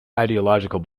ideological